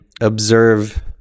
observe